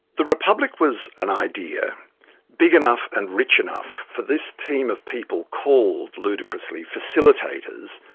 the republic was an idea big enough and rich enough for this team of people called, ludicrously, facilitators,